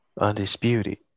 Undisputed